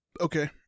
okay